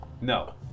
No